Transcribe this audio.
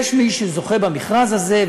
יש מי שזוכה במכרז הזה,